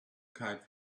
kite